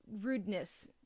rudeness